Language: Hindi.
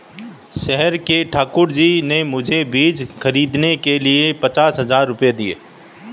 शहर के ठाकुर जी ने मुझे बीज खरीदने के लिए पचास हज़ार रूपये दिए